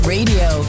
Radio